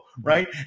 Right